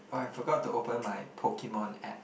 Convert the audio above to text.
oh I forgot to open my Pokemon app